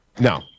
No